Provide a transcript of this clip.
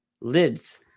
lids